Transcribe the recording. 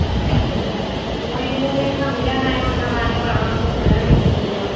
ठीकु आहे पेकनि में हूंंअं ई हेॾनि ॾींहंनि खां मिलिया न आहियूं हिन बहाने पाणि जो मिलण बि थी वेंदो